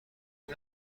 این